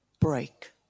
break